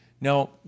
Now